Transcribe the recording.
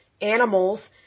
animals